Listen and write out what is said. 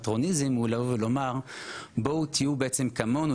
שהפטרוניזם הוא לבוא ולומר להם להיות כמונו.